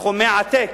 סכומי עתק.